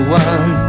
one